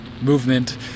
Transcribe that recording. movement